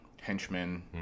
henchmen